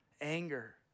anger